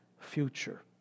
future